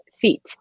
feet